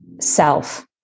self